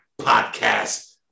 Podcast